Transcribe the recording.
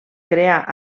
crear